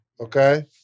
Okay